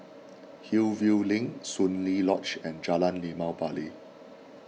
Hillview Link Soon Lee Lodge and Jalan Limau Bali